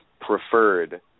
preferred